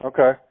Okay